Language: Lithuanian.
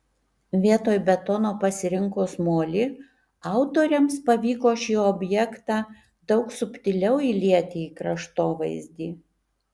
vietoj betono pasirinkus molį autoriams pavyko šį objektą daug subtiliau įlieti į kraštovaizdį